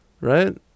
right